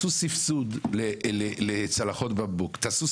הרבה דברים שאתה מסכים עם תכלית החקיקה.